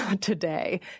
today